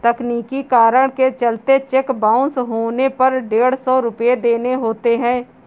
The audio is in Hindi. तकनीकी कारण के चलते चेक बाउंस होने पर डेढ़ सौ रुपये देने होते हैं